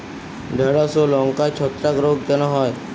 ঢ্যেড়স ও লঙ্কায় ছত্রাক রোগ কেন হয়?